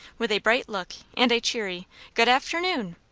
with a bright look and a cheery good afternoon!